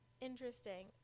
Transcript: Interesting